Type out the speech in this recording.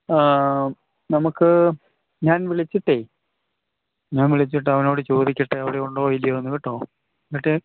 ആം നമുക്ക് ഞാൻ വിളിച്ചിട്ട് ഞാൻ വിളിച്ചിട്ട് അവനോട് ചോദിക്കട്ടെ അവിടെ ഉണ്ടോ ഇല്ലയോന്ന് കേട്ടോ എന്നിട്ട് ഞാൻ